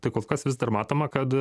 tai kol kas vis dar matoma kad